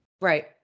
Right